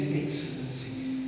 excellencies